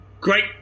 Great